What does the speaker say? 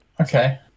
okay